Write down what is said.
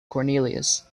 cornelius